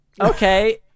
Okay